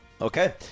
Okay